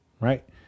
Right